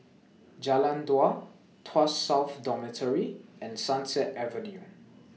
Jalan Dua Tuas South Dormitory and Sunset Avenue